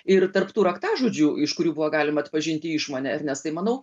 ir tarp tų raktažodžių iš kurių buvo galima atpažinti iš išmonę ernestai manau